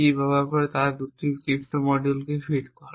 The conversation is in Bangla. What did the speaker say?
কী ব্যবহার করে এবং এই দুটিকে ক্রিপ্টো মডিউলে ফিড করে